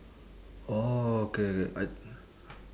oh okay K I